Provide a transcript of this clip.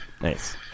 Nice